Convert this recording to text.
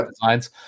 designs